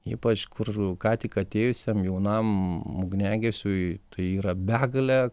ypač kur ką tik atėjusiam jaunam ugniagesiui tai yra begalė